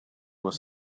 was